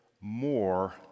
more